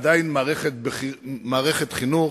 היא עדיין מערכת חינוך